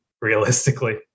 realistically